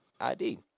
ID